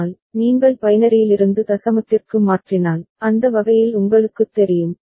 ஆனால் நீங்கள் பைனரியிலிருந்து தசமத்திற்கு மாற்றினால் அந்த வகையில் உங்களுக்குத் தெரியும்